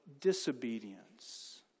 disobedience